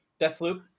Deathloop